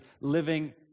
living